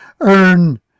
earn